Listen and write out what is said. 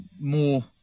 more